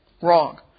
wrong